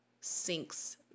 sinks